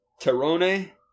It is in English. Terone